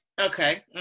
okay